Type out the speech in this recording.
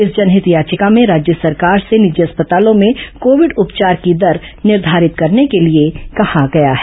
इस जनहित याचिका में राज्य सरकार से निजी अस्पतालों में कोविड उपचार की देर निर्घारित करने के लिए कहा गया है